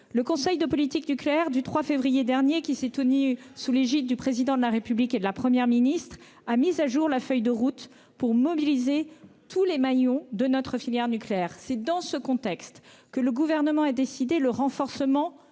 Le conseil de politique nucléaire du 3 février dernier, qui s'est tenu sous l'égide du Président de la République et de la Première ministre, a mis à jour la feuille de route pour mobiliser tous les maillons de notre filière nucléaire. C'est dans ce contexte que le Gouvernement a décidé le renforcement-